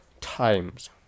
times